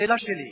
השאלה שלי,